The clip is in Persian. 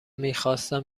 میخواستم